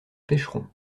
pêcheront